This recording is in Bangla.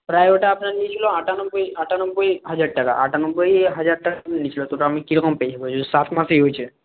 প্রায় ওটা আপনার নিয়েছিল আটানব্বই আটানব্বই হাজার টাকা আটানব্বই হাজার টাকা নিয়েছিল তো ওটা আমি কী রকম পেয়ে যাব যদি সাত মাসই হয়েছে